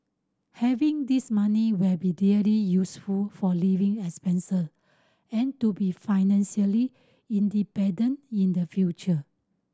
having this money will be really useful for living expense and to be financially independent in the future